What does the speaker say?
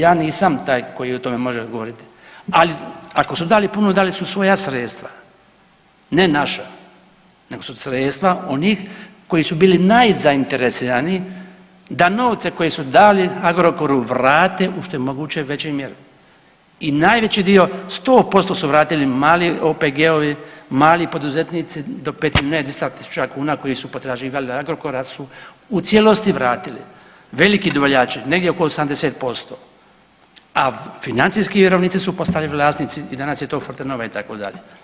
Ja nisam taj koji o tome može govoriti, ali ako su dali puno dali su svoja sredstva, ne naša, nego su sredstva onih koji su bili najzainteresiraniji da novce koje su dali Agrokoru vrate u što je moguće većoj mjeri i najveći dio 100% su vratili mali OPG-ovi, mali poduzetnici do … [[Govornik se ne razumije]] tisuća kuna koji su potraživali od Agrokora su u cijelosti vratili, veliki dobavljači negdje oko 80%, a financijski vjerovnici su postali vlasnici i danas je to Fortanova itd.